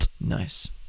nice